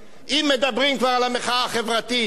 אם מדברים כבר על המחאה החברתית,